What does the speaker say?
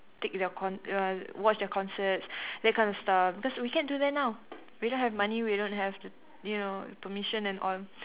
take their con~ err watch their concerts that kind of stuff cause we can't do that now we don't have money we don't have you know permission and all